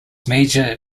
major